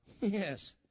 Yes